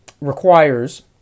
requires